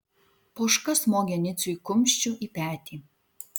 poška smogė niciui kumščiu į petį